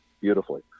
beautifully